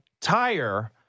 tire